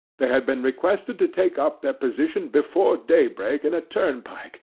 they had been requested to take up their position before daybreak in a turnpike,